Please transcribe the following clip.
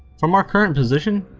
from our current position,